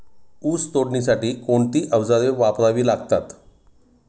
ऊस तोडणीसाठी कोणती अवजारे वापरावी लागतात?